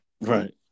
Right